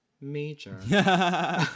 Major